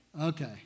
Okay